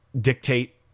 dictate